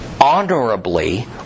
honorably